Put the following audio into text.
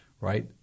right